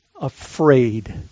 afraid